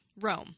Rome